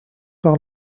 par